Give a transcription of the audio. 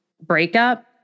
breakup